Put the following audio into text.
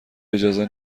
اجازه